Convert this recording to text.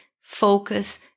focus